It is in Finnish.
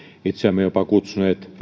itseämme kutsuneet